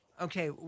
okay